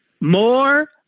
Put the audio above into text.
more